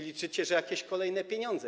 Liczycie, że będą jakieś kolejne pieniądze.